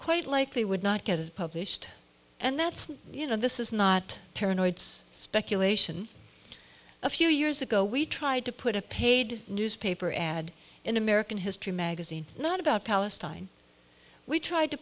quite likely would not get it published and that's you know this is not paranoids speculation a few years ago we tried to put a paid newspaper ad in american history magazine not about palestine we tried to